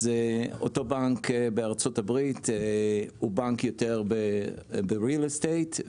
אותו בנק בארצות הברית הוא בנק שהוא יותר ב-Real estate.